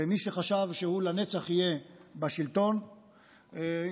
ומי שחשב שהוא לנצח יהיה בשלטון התבדה.